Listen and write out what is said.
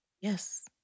Yes